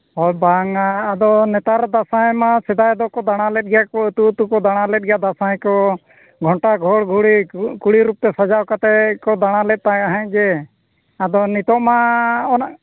ᱦᱚᱭ ᱵᱟᱝᱼᱟ ᱟᱫᱚ ᱱᱮᱛᱟᱨ ᱫᱟᱸᱥᱟᱭ ᱢᱟ ᱥᱮᱫᱟᱭ ᱫᱚᱠᱚ ᱫᱟᱬᱟᱞᱮᱫ ᱜᱮᱭᱟᱠᱚ ᱟᱹᱛᱩᱼᱟᱹᱛᱩᱠᱚ ᱫᱟᱬᱟᱞᱮᱫ ᱜᱮᱭᱟ ᱫᱟᱸᱥᱟᱭᱠᱚ ᱜᱷᱚᱱᱴᱟ ᱜᱷᱚᱲᱜᱷᱩᱲᱤ ᱠᱩᱲᱤ ᱨᱩᱯᱛᱮ ᱥᱟᱡᱟᱣ ᱠᱟᱛᱮᱫ ᱠᱚ ᱫᱟᱬᱟᱞᱮᱫ ᱛᱟᱦᱮᱸᱫ ᱜᱮ ᱟᱫᱚ ᱱᱤᱛᱚᱜ ᱢᱟᱻ ᱚᱱᱮ